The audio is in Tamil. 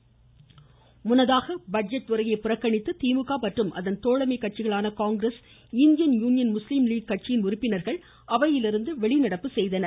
வெளிநடப்பு முன்னதாக பட்ஜெட் உரையை புறக்கணித்து திமுக மற்றும் அதன் தோழமை காங்கிரஸ் இந்தியன் யூனியன் முஸ்லீம் கட்சிகளான லீக் கட்சியின் உறுப்பினர்கள் அவையிலிருந்து வெளிநடப்பு செய்தனர்